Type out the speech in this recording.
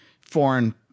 foreign